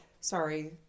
Sorry